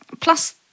plus